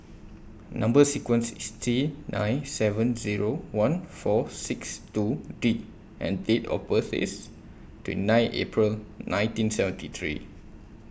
Number sequence IS T nine seven Zero one four six two D and Date of birth IS twenty nine April nineteen seventy three